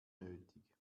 nötig